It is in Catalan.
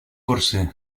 cursi